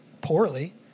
poorly